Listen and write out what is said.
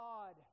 God